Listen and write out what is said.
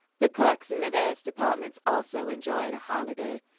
the clerks in the various departments also enjoyed a holiday,